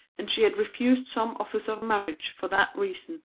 and she had refused some offers of marriage for that reason.